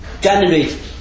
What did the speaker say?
generate